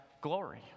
glory